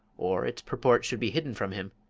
or its purport should be hidden from him,